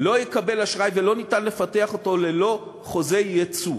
לא יקבל אשראי ולא ניתן לפתח אותו ללא חוזי יצוא.